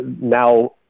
now